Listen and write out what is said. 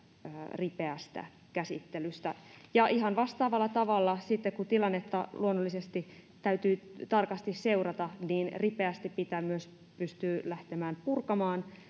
ripeästä käsittelystä ihan vastaavalla tavalla sitten tilannetta luonnollisesti täytyy tarkasti seurata ripeästi pitää myös pystyä lähteä purkamaan